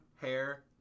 hair